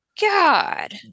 god